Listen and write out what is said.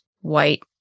white